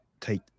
take